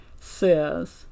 says